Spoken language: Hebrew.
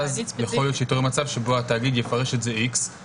אז יכול להיות שייווצר מצב שבו התאגיד יכול לפרש את זה איקס.